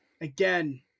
Again